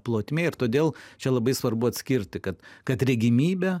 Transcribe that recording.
plotmė ir todėl čia labai svarbu atskirti kad kad regimybė